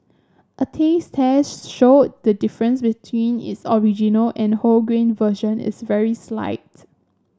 a taste test showed that the difference between its original and wholegrain version is very slights